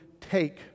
take